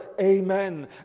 Amen